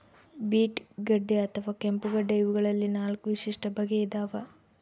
beet ಗಡ್ಡೆ ಅಥವಾ ಕೆಂಪುಗಡ್ಡೆ ಇವಗಳಲ್ಲಿ ನಾಲ್ಕು ವಿಶಿಷ್ಟ ಬಗೆ ಇದಾವ